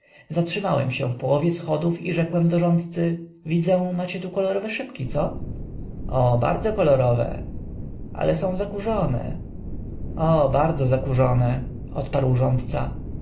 zatrzymałem się w połowie schodów i rzekłem do rządcy widzę macie tu kolorowe szyby co o bardzo kolorowe ale są zakurzone o bardzo zakurzone odparł rządca i